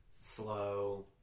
slow